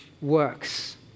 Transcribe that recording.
works